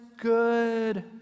good